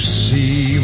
see